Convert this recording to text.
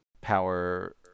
Power